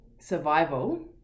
survival